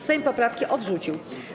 Sejm poprawki odrzucił.